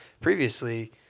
previously